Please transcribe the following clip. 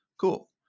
Cool